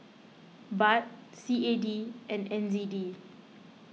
Baht C A D and N Z D